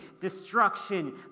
destruction